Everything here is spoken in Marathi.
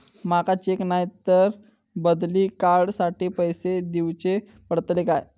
माका चेक नाय तर बदली कार्ड साठी पैसे दीवचे पडतले काय?